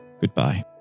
goodbye